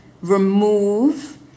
remove